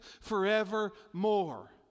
forevermore